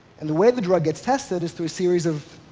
and the way the drug gets tested is through a series of,